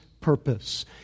purpose